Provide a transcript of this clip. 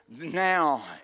Now